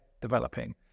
developing